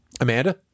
Amanda